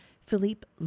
Philippe